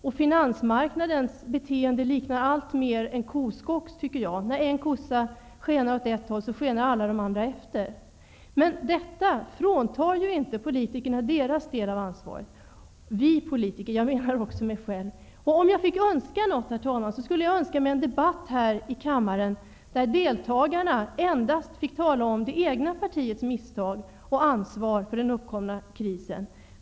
Och finansmarknadens beteende tycker jag alltmer liknar en koskocks beteende -- när en kossa skenar åt ett håll, skenar alla de andra efter. Detta fråntar emellertid inte oss politiker vår del av ansvaret. Om jag fick önska något, herr talman, skulle jag önska mig en debatt här i kammaren där deltagarna fick tala endast om det egna partiets misstag och ansvar för den uppkomna krisen.